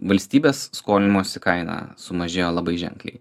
valstybės skolinimosi kaina sumažėjo labai ženkliai